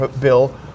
Bill